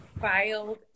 filed